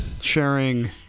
sharing